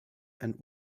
and